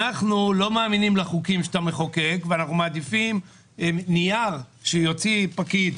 אנחנו לא מאמינים לחוקים שאתה מחוקק ואנחנו מעדיפים נייר שיוציא פקיד,